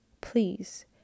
please